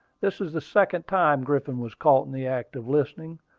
this is the second time griffin was caught in the act of listening.